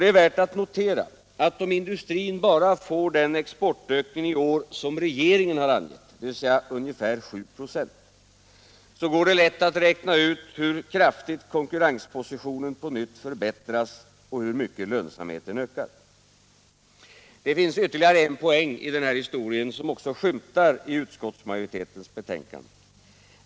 Det är värt att notera att om industrin bara får den exportökning i år som regeringen har angett, dvs. ca 7 96, går det lätt att räkna ut hur kraftigt konkurrenspositionen på nytt förbättras och hur mycket lönsamheten ökar. Det finns ytterligare en poäng i den här historien, som också skymtar i utskottsmajoritetens betänkande.